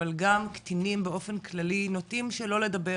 אבל גפם קטינים באופן כללי נוטים שלא לדבר,